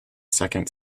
second